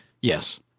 Yes